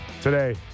today